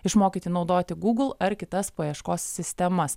išmokyti naudoti gūgl ar kitas paieškos sistemas